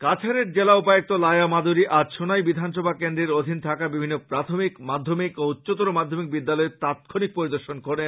কাছাড়ের জেলা উপায়ুক্ত লায়া মাদ্দুরী আজ সোনাই বিধানসভা কেন্দ্রের অধীনে থাকা বিভিন্ন প্রাথমিক মাধ্যমিক ও উচ্চতর মাধ্যমিক বিদ্যালয়ে তাৎক্ষনিক পরিদর্শন করেন